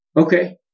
Okay